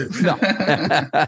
No